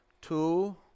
Two